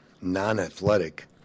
non-athletic